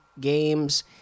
Games